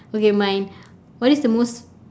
okay mine what is the most